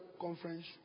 conference